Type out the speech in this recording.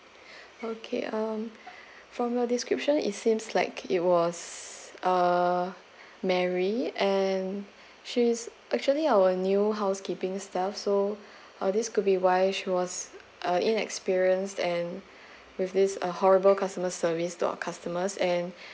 okay um from your description it seems like it was uh mary and she's actually our new housekeeping staff so uh these could be why she was uh inexperienced and with this uh horrible customer service to our customers and